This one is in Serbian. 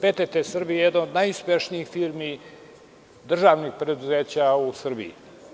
PTT Srbija“ je jedna od najuspešnijih firmi, državnih preduzeća u Srbiji.